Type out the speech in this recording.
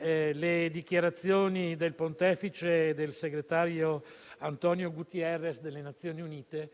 le dichiarazioni del Pontefice e del segretario generale delle Nazioni Unite